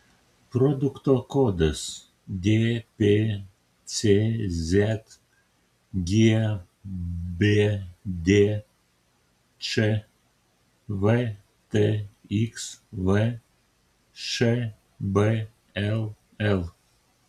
produkto kodas dpcz gbdč vtxv šbll